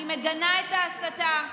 אני מגנה את ההסתה,